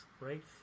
right